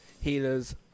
healers